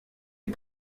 est